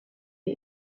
est